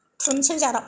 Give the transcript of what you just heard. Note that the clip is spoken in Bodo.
थुनोसै जारौ